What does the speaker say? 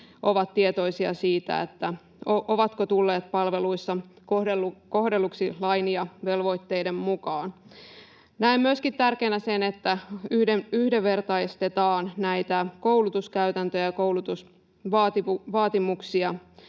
ovat tietoisia siitä, ovatko tulleet palveluissa kohdelluiksi lain ja velvoitteiden mukaan. Näen myöskin tärkeänä sen, että yhdenvertaistetaan koulutuskäytäntöjä ja koulutusvaatimuksia